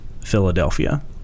Philadelphia